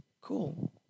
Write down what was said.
cool